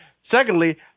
Secondly